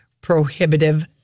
prohibitive